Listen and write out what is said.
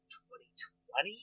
2020